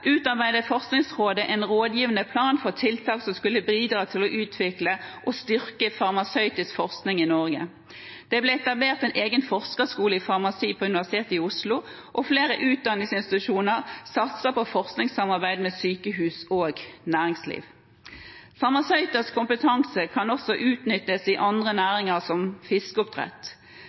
utarbeidet Forskningsrådet en rådgivende plan for tiltak som skulle bidra til å utvikle og styrke farmasøytisk forskning i Norge. Det ble etablert en egen forskerskole i farmasi på Universitetet i Oslo, og flere utdanningsinstitusjoner satser på forskningssamarbeid med sykehus og næringsliv. Farmasøyters kompetanse kan også utnyttes i andre næringer, som fiskeoppdrett.